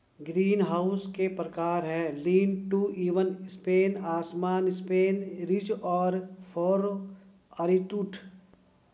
greenhouse के प्रकार है, लीन टू, इवन स्पेन, असमान स्पेन, रिज और फरो, आरीटूथ